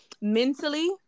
Mentally